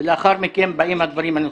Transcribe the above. ולאחר מכן באים הדברים הנוספים.